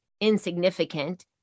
insignificant